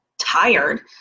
tired